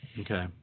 Okay